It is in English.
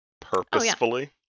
purposefully